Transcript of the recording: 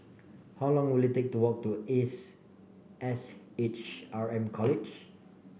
how long will it take to walk to Ace S H R M College